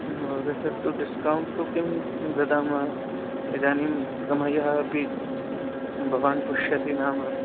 महोदय तत् तु डिस्कौण्ट् तु किं ददामः इदानीं समयः अपि भवान् पश्यति नाम